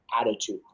attitude